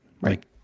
Right